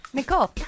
Nicole